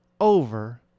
over